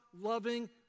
loving